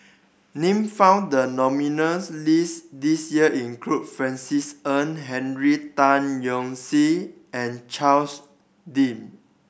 name found the nominees list this year include Francis Ng Henry Tan Yoke See and Charles Dyce